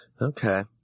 Okay